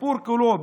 הסיפור כולו,